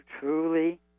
truly